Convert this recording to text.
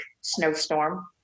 snowstorm